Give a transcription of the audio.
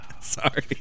Sorry